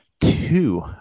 two